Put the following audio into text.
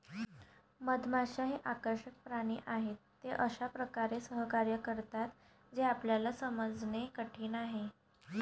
मधमाश्या हे आकर्षक प्राणी आहेत, ते अशा प्रकारे सहकार्य करतात जे आपल्याला समजणे कठीण आहे